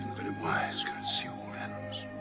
very wise can't see all ends.